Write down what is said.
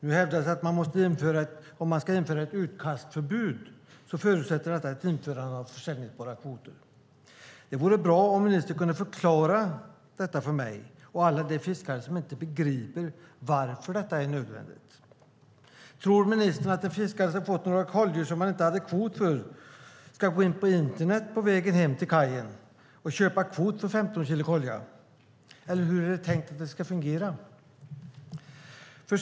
Nu hävdas det att ett utkastförbud förutsätter ett införande av säljbara kvoter. Det vore bra om ministern kunde förklara detta för mig och alla de fiskare som inte begriper varför detta är nödvändigt. Tror ministern att den fiskare som fått några koljor som han inte hade kvot för ska gå in på internet på vägen hem till kajen och köpa kvot för 15 kilo kolja? Eller hur är det tänkt att det ska fungera?